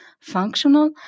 functional